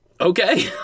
okay